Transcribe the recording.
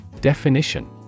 Definition